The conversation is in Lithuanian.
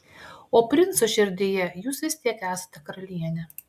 o princo širdyje jūs vis tiek esate karalienė